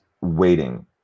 waiting